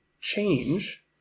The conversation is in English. change